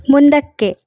ಮುಂದಕ್ಕೆ